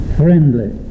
friendly